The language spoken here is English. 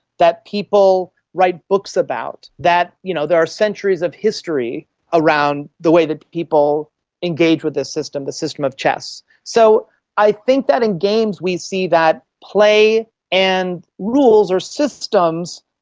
that people write books about, that you know there are centuries of history around the way that people engage with this system, the system of chess. so i think that in games we see that play and rules or systems,